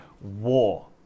War